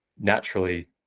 naturally